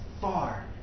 far